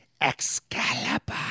Excalibur